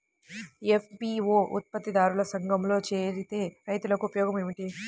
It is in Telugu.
ఎఫ్.పీ.ఓ ఉత్పత్తి దారుల సంఘములో చేరితే రైతులకు ఉపయోగము ఏమిటి?